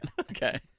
Okay